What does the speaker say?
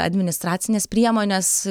administracinės priemonės